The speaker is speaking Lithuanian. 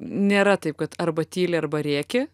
nėra taip kad arba tyli arba rėki